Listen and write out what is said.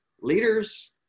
Leaders